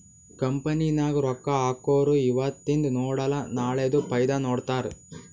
company ನಾಗ್ ರೊಕ್ಕಾ ಹಾಕೊರು ಇವತಿಂದ್ ನೋಡಲ ನಾಳೆದು ಫೈದಾ ನೋಡ್ತಾರ್